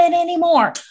anymore